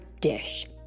dish